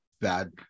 bad